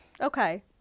okay